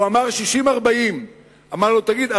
הוא אמר 60-40. אמרנו לו: תגיד,